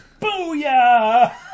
Booyah